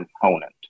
component